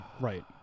right